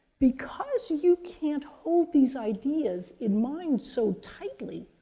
because you can't hold these ideas in mind so tightly,